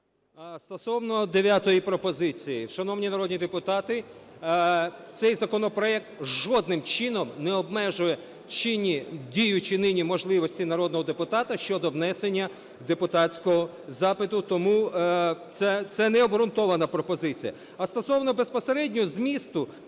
Стосовно 9 пропозиції, шановні народні депутати, цей законопроект жодним чином не обмежує чинні діючі нині можливості народного депутата щодо внесення депутатського запиту. Тому це не обґрунтована пропозиція.